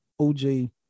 oj